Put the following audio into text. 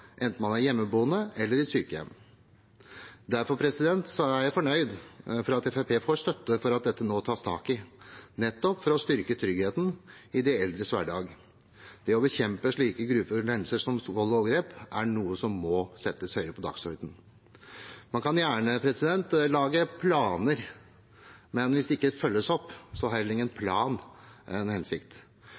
enten man er hjemmeboende eller på sykehjem. Derfor er jeg fornøyd med at Fremskrittspartiet får støtte til at dette nå tas tak i, nettopp for å styrke tryggheten i de eldres hverdag. Det å bekjempe slike grufulle hendelser som vold og overgrep er noe som må settes høyere på dagsordenen. Man kan gjerne lage planer, men hvis de ikke følges opp, har heller ingen plan en hensikt.